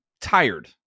tired